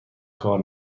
کار